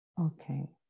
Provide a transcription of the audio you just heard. Okay